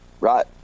Right